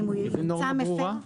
איזה נורמה ברורה?